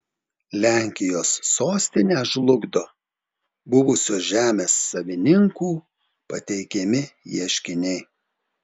lenkijos sostinę žlugdo buvusių žemės savininkų pateikiami ieškiniai